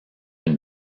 une